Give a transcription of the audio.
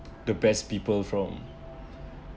the best people from